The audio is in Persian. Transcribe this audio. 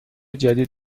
جدید